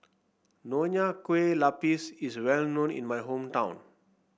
Nonya Kueh Lapis is well known in my hometown